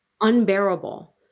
unbearable